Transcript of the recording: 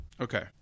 Okay